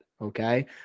okay